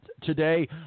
Today